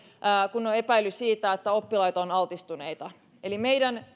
kun on epäily siitä että oppilaat ovat altistuneita eli meidän